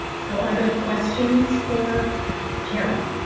so, are there questions for karen.